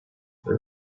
there